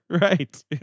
right